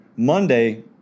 Monday